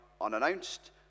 unannounced